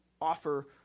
offer